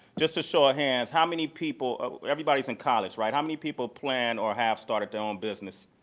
just a show ah hands, how many people everybody is in college, right how many people plan or have started their own business?